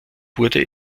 wurde